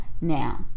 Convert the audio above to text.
now